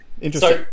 interesting